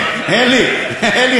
אני באתי,